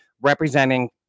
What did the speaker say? representing